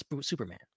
Superman